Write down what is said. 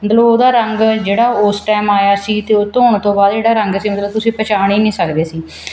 ਮਤਲਬ ਉਹਦਾ ਰੰਗ ਜਿਹੜਾ ਉਸ ਟਾਈਮ ਆਇਆ ਸੀ ਅਤੇ ਉਹ ਧੋਣ ਤੋਂ ਬਾਅਦ ਜਿਹੜਾ ਰੰਗ ਸੀ ਮਤਲਬ ਤੁਸੀਂ ਪਹਿਚਾਣ ਹੀ ਨਹੀਂ ਸਕਦੇ ਸੀ